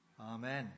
Amen